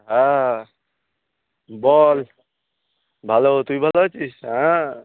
হ্যাঁ বল ভালো তুই ভালো আছিস হ্যাঁ